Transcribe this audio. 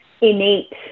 innate